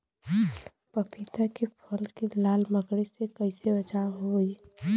पपीता के फल के लाल मकड़ी से कइसे बचाव होखि?